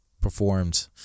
performed